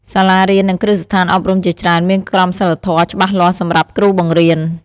សាលារៀន និងគ្រឹះស្ថានអប់រំជាច្រើនមានក្រមសីលធម៌ច្បាស់លាស់សម្រាប់គ្រូបង្រៀន។